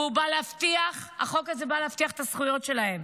והוא בא להבטיח את הזכויות שלהם.